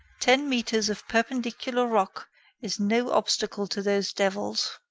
ten metres of perpendicular rock is no obstacle to those devils.